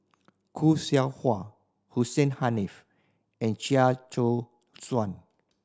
Khoo Seow Hwa Hussein Haniff and Chia Choo Suan